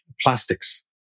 plastics